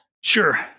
Sure